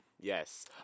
Yes